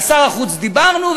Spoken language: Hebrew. על שר החוץ דיברנו,